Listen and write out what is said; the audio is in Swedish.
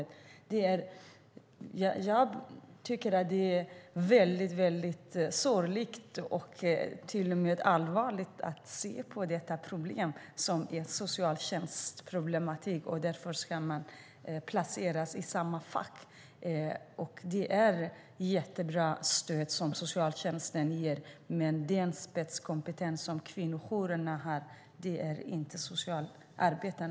Jag tycker att det är sorgligt och allvarligt att man ser på detta problem som en socialtjänstproblematik och att man placerar kvinnojourer och socialtjänst i samma fack. Det är ett jättebra stöd som socialtjänsten ger, men den spetskompetens som kvinnojourerna har finns inte hos socialarbetaren.